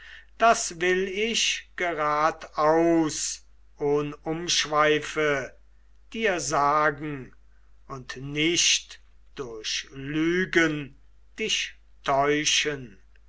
das will ich geradaus ohn umschweife dir sagen und nicht durch lügen dich täuschen